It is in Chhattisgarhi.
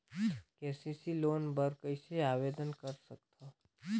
के.सी.सी लोन बर कइसे आवेदन कर सकथव?